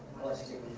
most u